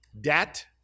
debt